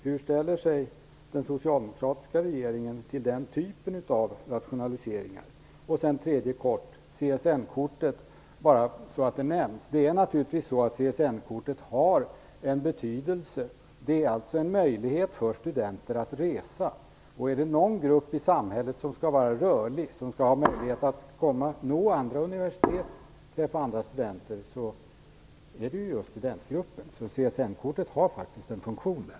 Hur ställer sig den socialdemokratiska regeringen till den typen av rationaliseringar? Sedan kort till en tredje fråga om CSN-kortet, bara så att det nämns. Det är naturligtvis så att CSN-kortet har en betydelse. Det ger en möjlighet för studenter att resa. Är det någon grupp i samhället som skall vara rörlig och ha möjligheter att nå andra universitet och träffa andra studenter är det just studentgruppen. CSN-kortet har faktiskt en funktion här.